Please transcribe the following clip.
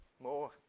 more